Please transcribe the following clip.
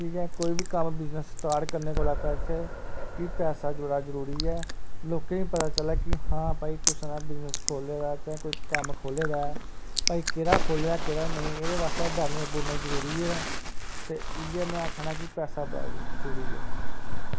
ठीक ऐ कोई वी कम्म बिजनेस स्टार्ट करने कोला पैसे कि पैसा बड़ा जरूरी ऐ लोकें गी पता चलै कि हां भई कुसै नै बिजनेस खोल्ले दा चाहे कोई कम्म खोल्ले दा ऐ भई केह्ड़ा खोल्ले दा केह्ड़ा नेईं एह्दे वास्तै बैनर बुनर जरूरी ऐ ते इयै में आक्खा ना कि पैसा बड़ा जरूरी ऐ